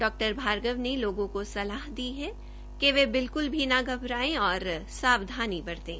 डॉ भारगव ने लोगों को सलाह दी है कि वे बिल्कुल भी न घबराएं और सावधानी बरतें